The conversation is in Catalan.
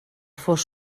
fos